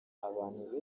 abantu